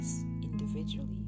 individually